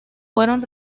fueron